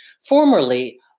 Formerly